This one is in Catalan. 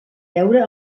veure